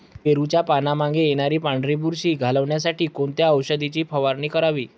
पेरूच्या पानांमागे येणारी पांढरी बुरशी घालवण्यासाठी कोणत्या औषधाची फवारणी करावी?